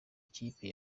kipe